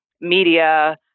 media